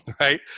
right